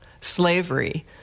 slavery